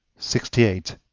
sixty eight.